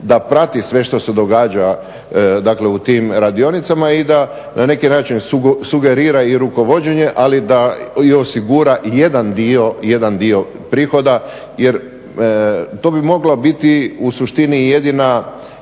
da prati sve što se događa dakle u tim radionicama i da na neki način sugerira i rukovođenje, ali da i osigura jedan dio prihoda jer to bi moglo biti u suštini jedina